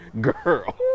girl